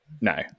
No